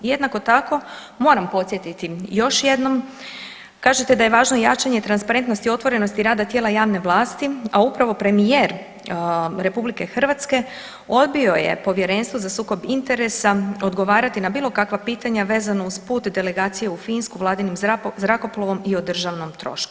Jednako tako moram podsjetiti još jednom kažete da je važno jačanje transparentnosti i otvorenosti rada tijela javne vlasti, a upravo premijer RH odbio je Povjerenstvo za sukob interesa odgovarati na bilo kakva pitanja vezano uz put delegacije u Finsku vladinim zrakoplovom i o državnom trošku.